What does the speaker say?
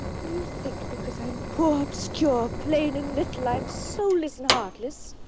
do you think because i'm poor, obscure, plain, and little, i'm soulless and heartless?